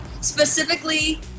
Specifically